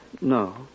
No